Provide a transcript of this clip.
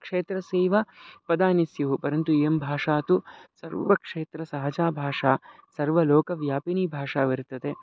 क्षेत्रस्यैव पदानि स्युः परन्तु इयं भाषा तु सर्वक्षेत्रसहजा भाषा सर्वलोकव्यापिनी भाषा वर्तते